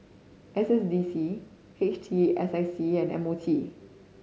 S S D C H T S I C and M O T